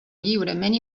lliurement